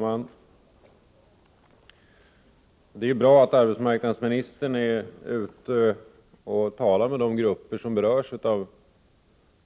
Herr talman! Det är bra att arbetsmarknadsministern är ute och talar med de grupper som berörs av